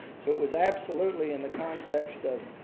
so it was absolutely in the context of